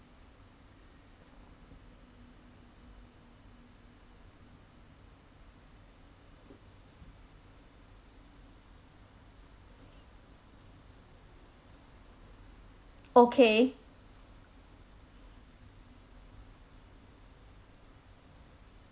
okay